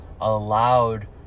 allowed